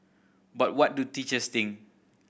but what do teachers think